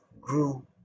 grew